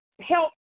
help